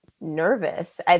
nervous